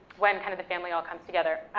when kind of the family all comes together,